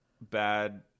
bad